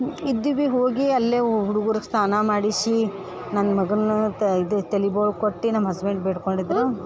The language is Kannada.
ಇದ್ವಿ ಹೋಗಿ ಅಲ್ಲೇ ಹುಡುಗುರ್ಗೆ ಸ್ನಾನ ಮಾಡಿಸಿ ನನ್ನ ಮಗನ ತ ಇದು ತಲೆ ಬೋಳು ಕೊಟ್ಟು ನಮ್ಮ ಹಸ್ಬೆಂಡ್ ಬೇಡಿಕೊಂಡಿದ್ರು